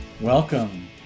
Welcome